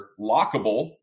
lockable